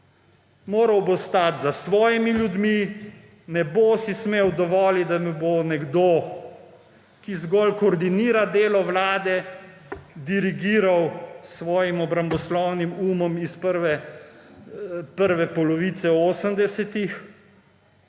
Moral bo stati za svojimi ljudmi, ne bo si smel dovoliti, da mu bo nekdo, ki zgolj koordinirala delo vlade, dirigiral s svojim obramboslovnim umom iz prve polovice